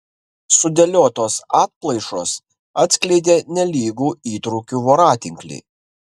sudėliotos atplaišos atskleidė nelygų įtrūkių voratinklį